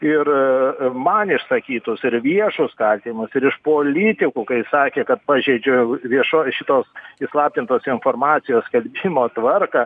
ir man išsakytus ir viešus kaltinimus ir politikų kai sakė kad pažeidžiau viešoj šitos įslaptintos informacijos skelbimo tvarką